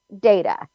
data